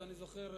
ואני זוכר,